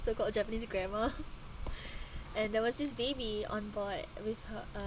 so called japanese grandma and there was this baby on board with her uh